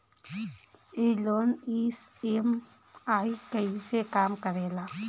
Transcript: ई loan EMI कईसे काम करेला?